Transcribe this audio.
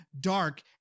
dark